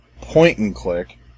point-and-click